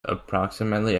approximately